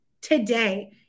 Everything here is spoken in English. today